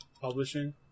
publishing